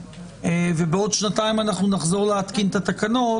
ובעוד שנתיים אנחנו נחזור להתקין את התקנות,